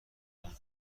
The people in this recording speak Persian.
اون